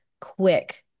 quick